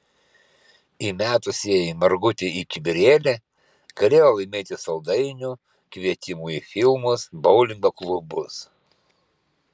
įmetusieji margutį į kibirėlį galėjo laimėti saldainių kvietimų į filmus boulingo klubus